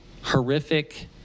horrific